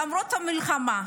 למרות המלחמה,